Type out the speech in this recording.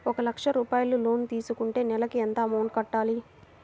ఒక లక్ష రూపాయిలు లోన్ తీసుకుంటే నెలకి ఎంత అమౌంట్ కట్టాలి?